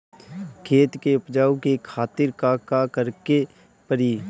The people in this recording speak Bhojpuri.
खेत के उपजाऊ के खातीर का का करेके परी?